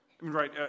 right